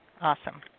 Awesome